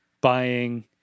buying